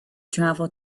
travel